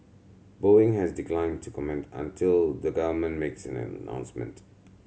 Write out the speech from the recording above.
Boeing has declined to comment until the government makes an announcement